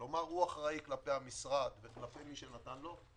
כלומר הוא אחראי כלפי המשרד ומי שנתן לו.